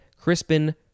crispin